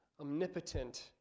omnipotent